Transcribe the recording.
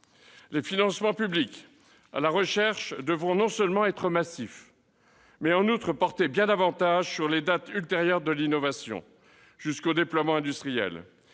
Les financements publics en faveur de la recherche devront non seulement être massifs, mais porter bien davantage sur les stades ultérieurs de l'innovation, jusqu'au déploiement industriel.